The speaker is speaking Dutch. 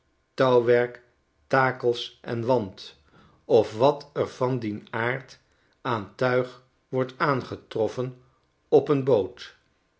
touwwerk takels en want of wat er van dien aard aan tuig wordt aangetroffen op een boot